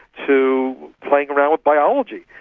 to playing around with biology.